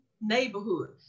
neighborhood